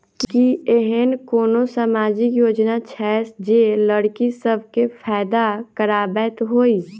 की एहेन कोनो सामाजिक योजना छै जे लड़की सब केँ फैदा कराबैत होइ?